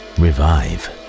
Revive